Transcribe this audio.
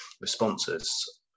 responses